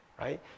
right